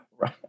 Right